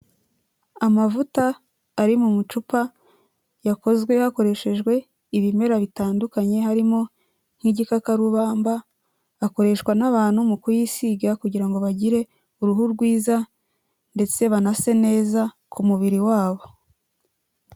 Amavuta ari mu macupa yakozwe hakoreshejwe ibimera bitandukanye, harimo nk'igikakarubamba, akoreshwa n'abantu mu kuyisiga kugira ngo bagire uruhu rwiza ndetse banase neza ku mubiri wabo.